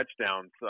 touchdowns